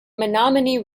menominee